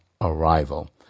arrival